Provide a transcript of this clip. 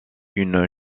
une